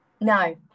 no